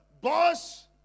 boss